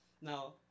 Now